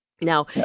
Now